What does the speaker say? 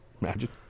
Magic